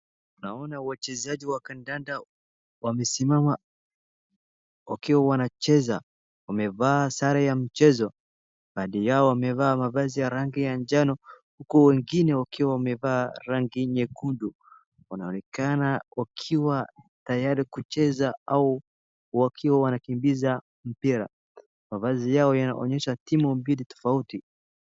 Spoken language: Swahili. Naona wachezaji wa kandanda wamesimama wakiwa wanacheza. Wamevaa sare ya mchezo, baadhi yao wamevaa sare ya rangi ya njano huku wengine wakiwa wamevaa rangi nyekundu. Wanaonekana wakiwa tayari kucheza au wakiwa wanakimbiza mpira, mavazi yao yanaonyesha timu mbili tofauti.